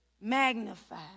Magnified